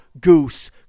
Goose